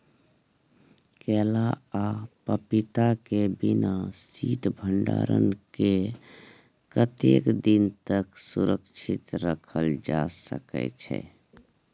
केला आ पपीता के बिना शीत भंडारण के कतेक दिन तक सुरक्षित रखल जा सकै छै?